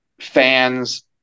fans